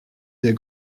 des